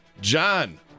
John